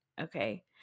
Okay